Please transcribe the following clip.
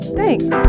Thanks